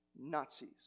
Nazis